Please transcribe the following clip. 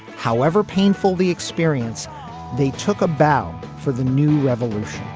however painful the experience they took a bound for the new revolution